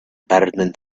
burning